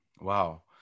Wow